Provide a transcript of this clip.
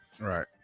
Right